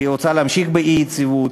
היא רוצה להמשיך באי-יציבות.